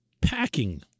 packing